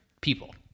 people